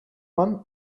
man